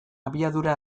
abiadura